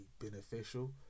beneficial